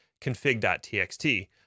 config.txt